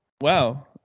wow